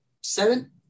Seven